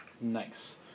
Nice